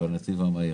בנתיב המהיר